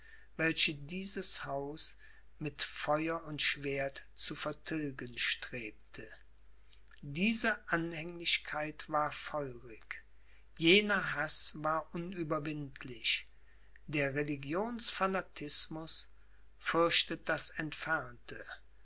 welche dieses haus mit feuer und schwert zu vertilgen strebte diese anhänglichkeit war feurig jener haß war unüberwindlich der religionsfanatismus fürchtet das entfernte